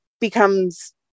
becomes